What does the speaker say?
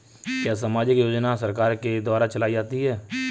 क्या सामाजिक योजना सरकार के द्वारा चलाई जाती है?